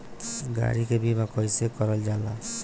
गाड़ी के बीमा कईसे करल जाला?